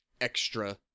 extra